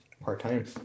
Part-time